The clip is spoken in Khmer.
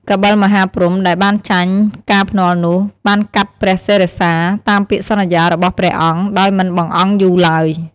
កបិលមហាព្រហ្ម ដែលបានចាញ់ការភ្នាល់នោះ បានកាត់ព្រះសិរសា តាមពាក្យសន្យារបស់ព្រះអង្គ ដោយមិនបង្អង់យូរឡើយ។